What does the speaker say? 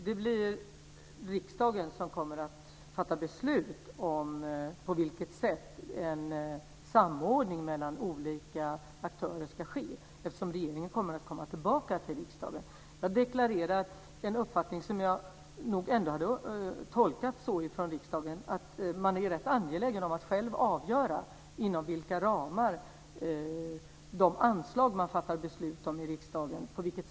Fru talman! Det är riksdagen som kommer att fatta beslut om på vilket sätt en samordning mellan olika aktörer ska ske, eftersom regeringen ska komma tillbaka till riksdagen. Jag deklarerade riksdagens uppfattning, som jag hade tolkat den, att man är rätt angelägen om att själv avgöra på vilket sätt de anslag som man fattar beslut om ska användas.